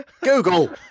Google